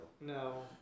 No